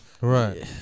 right